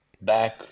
back